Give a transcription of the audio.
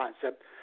concept